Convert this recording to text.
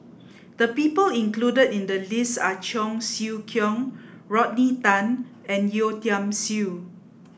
the people included in the list are Cheong Siew Keong Rodney Tan and Yeo Tiam Siew